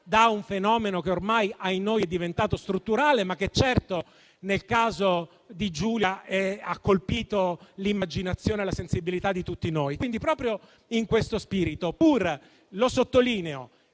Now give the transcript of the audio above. da un fenomeno che ormai - ahinoi - è diventato strutturale, ma che certo, nel caso di Giulia, ha colpito l'immaginazione e la sensibilità di tutti noi. Proprio in questo spirito, pur preferendo